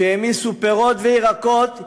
שהעמיסו פירות וירקות,